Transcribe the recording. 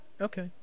Okay